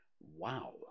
Wow